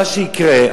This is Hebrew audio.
מה שיקרה,